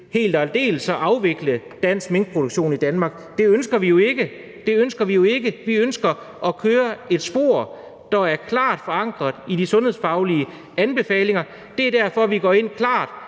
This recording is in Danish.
helt og aldeles at afvikle minkproduktion i Danmark. Det ønsker vi jo ikke – vi ønsker at køre i et spor, der er klart forankret i de sundhedsfaglige anbefalinger. Det er derfor, vi klart